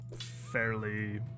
fairly